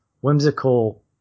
whimsical